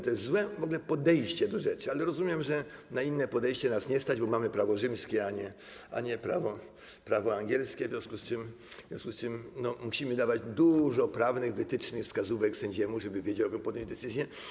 To jest złe w ogóle podejście do rzeczy, ale rozumiem, że na inne podejście nas nie stać, bo mamy prawo rzymskie, a nie prawo angielskie, w związku z czym musimy dawać dużo prawnych wytycznych, wskazówek sędziemu, żeby wiedział, jaką podjąć decyzję.